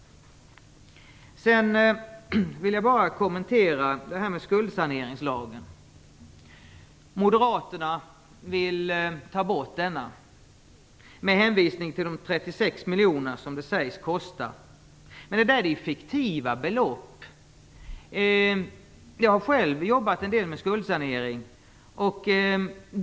Jag vill något kommentera skuldsaneringslagen. Moderaterna vill ta bort den, med hänvisning till de 36 miljoner som den sägs kosta. Det är ett fiktivt belopp. Jag har själv jobbat en del med skuldsanering.